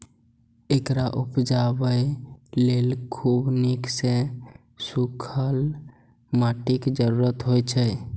एकरा उपजाबय लेल खूब नीक सं सूखल माटिक जरूरत होइ छै